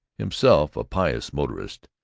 himself a pious motorist,